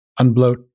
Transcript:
Unbloat